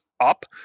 up